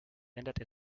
änderte